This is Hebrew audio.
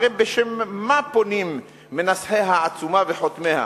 הרי בשם מה פונים מנסחי העצומה וחותמיה?